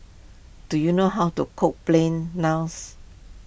do you know how to cook Plain Naans